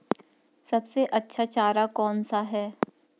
सबसे अच्छा चारा कौन सा है?